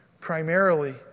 Primarily